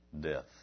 death